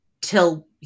till